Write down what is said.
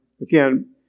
again